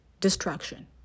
destruction